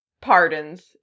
pardons